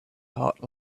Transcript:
heart